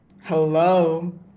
Hello